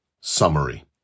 Summary